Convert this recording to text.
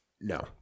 No